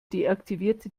deaktivierte